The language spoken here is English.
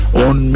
on